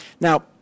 Now